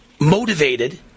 motivated